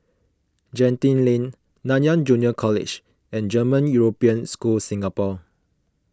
Genting Lane Nanyang Junior College and German European School Singapore